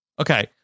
Okay